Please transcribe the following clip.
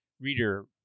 reader